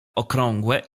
okrągłe